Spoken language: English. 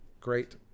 great